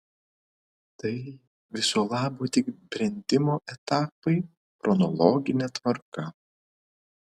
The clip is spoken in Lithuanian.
tai viso labo tik brendimo etapai chronologine tvarka